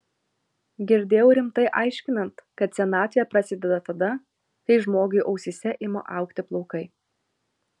girdėjau rimtai aiškinant kad senatvė prasideda tada kai žmogui ausyse ima augti plaukai